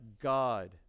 God